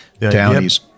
Townies